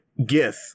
gith